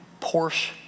Porsche